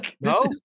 No